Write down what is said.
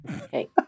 okay